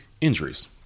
injuries